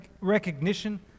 recognition